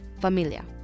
familia